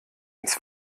ins